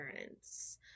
parents